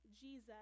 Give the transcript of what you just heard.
Jesus